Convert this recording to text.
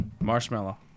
Marshmallow